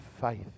faith